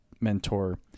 mentor